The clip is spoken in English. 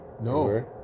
No